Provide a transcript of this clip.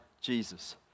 Jesus